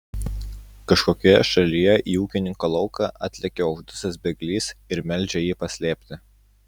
kažkokioje šalyje į ūkininko lauką atlekia uždusęs bėglys ir meldžia jį paslėpti